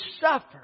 suffer